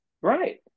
right